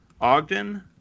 Ogden